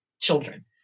children